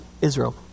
Israel